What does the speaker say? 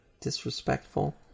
disrespectful